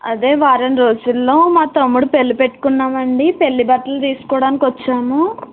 అదే వారం రోజుల్లో మా తమ్ముడి పెళ్ళి పెట్టుకున్నామండి పెళ్ళి బట్టలు తీసుకోవడానికి వచ్చాము